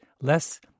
less